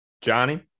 Johnny